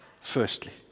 Firstly